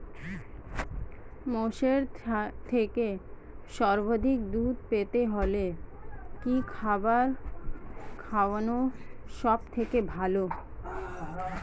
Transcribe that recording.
মোষের থেকে সর্বাধিক দুধ পেতে হলে কি খাবার খাওয়ানো সবথেকে ভালো?